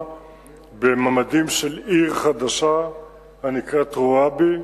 בממדים של עיר חדשה הנקראת רוואבי,